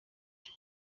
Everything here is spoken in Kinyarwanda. icyo